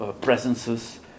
presences